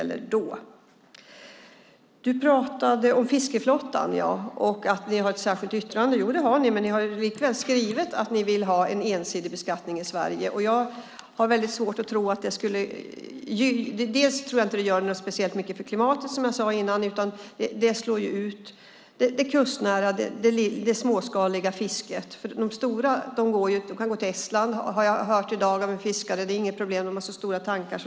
Helena Leander, du pratade om fiskeflottan och att ni har ett särskilt yttrande. Ja, det har ni, men ni har likväl skrivit att ni vill ha en ensidig beskattning i Sverige. Jag tror inte att det gör speciellt mycket för klimatet, som jag sade tidigare, utan det slår ut det kustnära och småskaliga fisket. De stora kan nämligen gå till Estland; det har jag i dag hört av en fiskare. Det är inget problem, för de har så stora tankar.